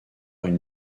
une